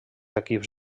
equips